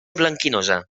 blanquinosa